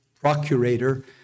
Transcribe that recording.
procurator